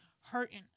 hurting